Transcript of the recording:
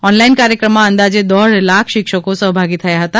online કાર્યક્રમમાં અંદાજે દોઢ લાખ શિક્ષકો સહ્ભાગી થયા હતા